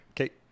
Okay